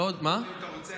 אז מה עושים?